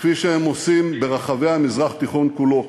כפי שהם עושים ברחבי המזרח התיכון כולו.